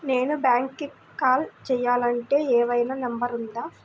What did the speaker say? నేను బ్యాంక్కి కాల్ చేయాలంటే ఏమయినా నంబర్ ఉందా?